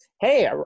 hey